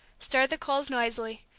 stirred the coals noisily,